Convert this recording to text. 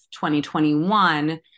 2021